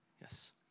Yes